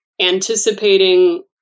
anticipating